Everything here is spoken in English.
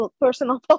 personal